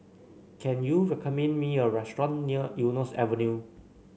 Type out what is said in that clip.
can you recommend me a restaurant near Eunos Avenue